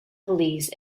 police